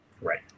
Right